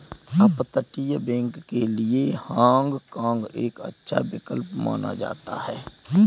अपतटीय बैंक के लिए हाँग काँग एक अच्छा विकल्प माना जाता है